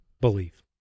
believe